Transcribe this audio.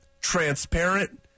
transparent